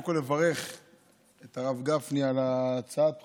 אני רוצה קודם כול לברך את הרב גפני על הצעת החוק.